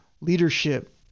leadership